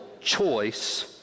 choice